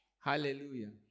Hallelujah